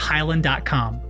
Highland.com